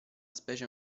specie